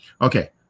okay